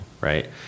Right